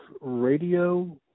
radio